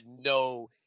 no